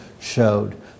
showed